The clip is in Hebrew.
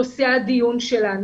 שזה נושא הדיון שלנו.